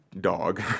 dog